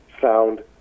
sound